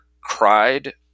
cried